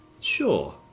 Sure